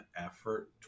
effort